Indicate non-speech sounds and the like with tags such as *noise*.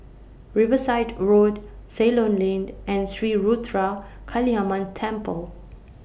Riverside Road Ceylon Lane *noise* and Sri Ruthra Kaliamman Temple